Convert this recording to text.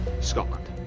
scotland